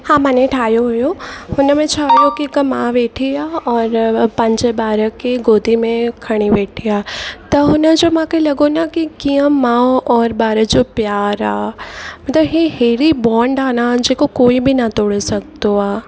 हा मने ठाहियो हुयो हुनमें छा हुयो के हिक मां वेठी आहे और पंहिंजे ॿार खे गोदी में खणी वेठी आहे त हुनजो मूंखे लॻो न की कीअं माऊ और ॿार जो प्यार आहे त हीअ अहिड़ी बॉन्ड आहे न जेको कोई बि न तोड़े सघंदो आहे